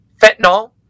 fentanyl